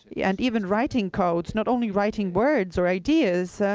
yeah and even writing codes, not only writing words or ideas,